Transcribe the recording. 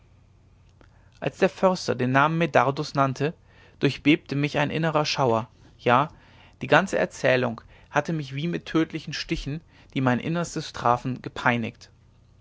als der förster den namen medardus nannte durchbebte mich ein innerer schauer ja die ganze erzählung hatte mich wie mit tödlichen stichen die mein innerstes trafen gepeinigt